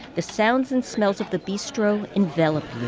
the sounds and smells of the bistro envelop